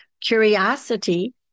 curiosity